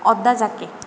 ଅଦା ଜାକେ